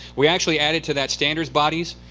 we actually added to that standards bodies,